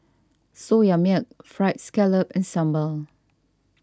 Soya Milk Fried Scallop and Sambal